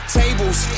tables